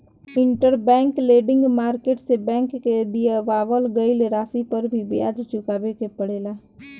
interbank lending market से bank के दिअवावल गईल राशि पर भी ब्याज चुकावे के पड़ेला